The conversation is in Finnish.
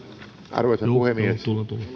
arvoisa puhemies